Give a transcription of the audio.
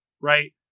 Right